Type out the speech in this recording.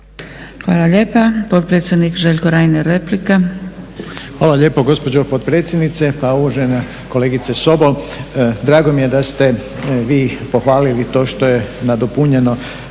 Hvala lijepo. Potpredsjednik Željko Reiner,